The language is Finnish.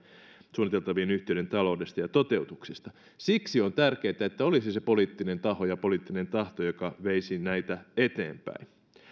suunniteltavien yhtiöiden taloudesta ja toteutuksesta siksi on tärkeätä että olisi poliittinen taho ja poliittinen tahto jotka veisivät näitä eteenpäin